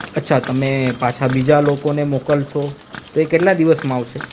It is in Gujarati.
અચ્છા તમે પાછા બીજા લોકોને મોકલશો તો એ કેટલા દિવસમાં આવશે